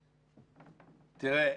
תראה,